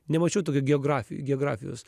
nemačiau tokių geografijų geografijos